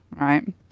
right